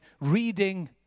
reading